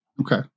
Okay